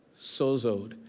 sozoed